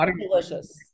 delicious